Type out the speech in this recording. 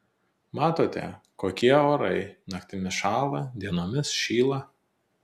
matote kokie orai naktimis šąla dienomis šyla